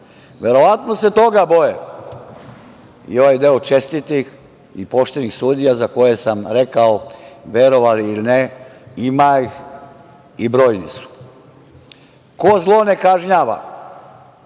Verovatno se toga boje i ovaj deo čestitih i poštenih sudija za koje sam rekao, verovali ili ne, ima ih, i brojni su. Ko zlo ne kažnjava,